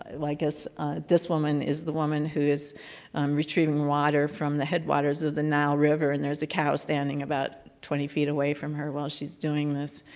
i guess this woman is the woman who is retrieving water from the headwaters of the nile river and there's a cow standing about twenty feet away from her while she's doing this.